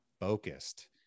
focused